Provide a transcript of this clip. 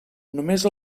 només